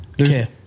Okay